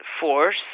force